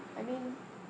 I mean